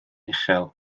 uchel